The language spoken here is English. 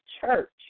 church